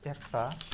एकटा